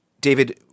David